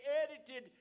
edited